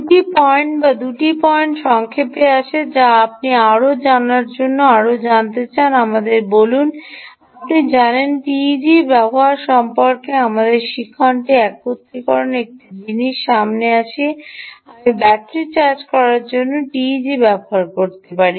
দুটি পয়েন্ট দুটি পয়েন্ট সংক্ষেপে আসে বা আপনি আরও জানার জন্য আরও জানতে চান আমাদের বলুন আপনি জানেন TEGs ব্যবহার সম্পর্কে আমাদের শিখনটি একত্রীকরণ একটি জিনিস সামনে আসে আমি ব্যাটারি চার্জ করার জন্য কি টিইজি ব্যবহার করতে পারি